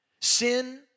Sin